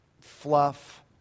fluff